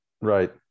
Right